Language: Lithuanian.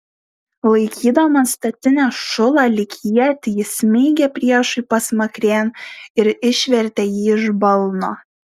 laikydamas statinės šulą lyg ietį jis smeigė priešui pasmakrėn ir išvertė jį iš balno